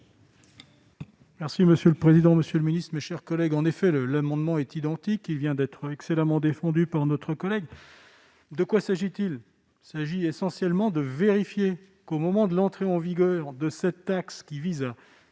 Merci monsieur le président, Monsieur le Ministre, mes chers collègues, en effet, le l'amendement est identique : il vient d'être excellemment défendu par notre collègue de quoi s'agit il s'agit essentiellement de vérifier qu'au moment de l'entrée en vigueur de cette taxe qui vise à